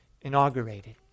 inaugurated